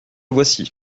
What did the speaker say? voici